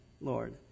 Lord